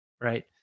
Right